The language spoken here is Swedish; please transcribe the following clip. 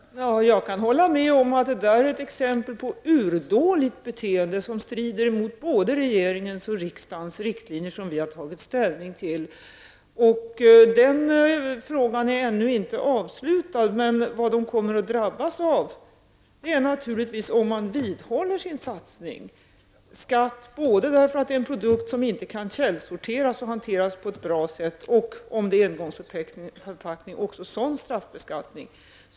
Fru talman! Jag kan hålla med om att det här är ett exempel på urdåligt beteende som strider mot de riktlinjer som både regering och riksdag har tagit ställning till. Denna fråga är ännu inte avgjord. Om företaget vidhåller sin satsning, kommer produkten att drabbas av skatt, eftersom det är en produkt som inte kan källsorteras och hanteras på ett bra sätt. Rör det sig om en engångsförpackning, blir det också fråga om straffbeskattning.